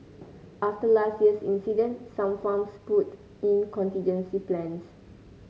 after last year's incident some farms put in contingency plans